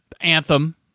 anthem